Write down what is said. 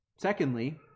Secondly